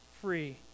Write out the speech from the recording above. free